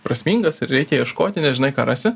prasmingas ir reikia ieškoti nežinai ką rasi